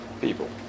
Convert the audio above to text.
people